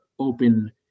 open